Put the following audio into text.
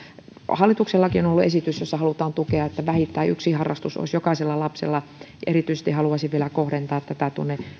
hallituksellakin on ollut esitys jossa halutaan tukea sitä että vähintään yksi harrastus olisi jokaisella lapsella ja erityisesti haluaisin vielä kohdentaa tätä